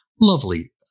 lovely